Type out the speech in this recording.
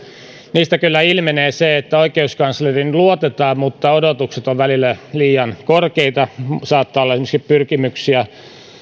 niistä kyllä ilmenee se että oikeuskansleriin luotetaan mutta odotukset ovat välillä liian korkeita saattaa olla esimerkiksi pyrkimyksiä